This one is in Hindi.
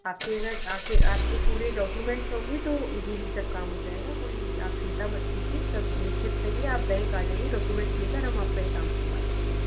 आपके घर आकर आपके पूरे डोक्यूमेंट्स होंगे तो ईज़ीली सब काम हो जाएगा कोई आप चिंता मत कीजिए सब निश्चित रहिए आप बैंक आ जाइए डोक्यूमेंट्स लेकर हम आपका यह काम करवा देंगे